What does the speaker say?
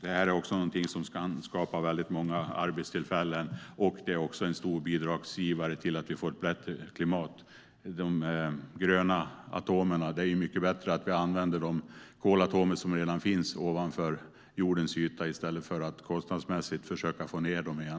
Skogen är någonting som skapar många arbetstillfällen, och den är en stor bidragsgivare till att vi får ett bättre klimat. Det handlar om de gröna atomerna, och det är mycket bättre att vi använder de kolatomer som redan finns ovanför jordens yta än att kostnadsmässigt försöka få ned dem igen.